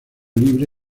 libre